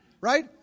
Right